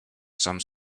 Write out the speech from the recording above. some